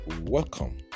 welcome